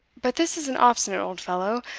but this is an obstinate old fellow,